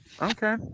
Okay